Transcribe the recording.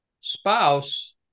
spouse